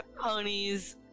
Ponies